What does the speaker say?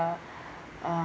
are uh